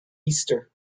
easter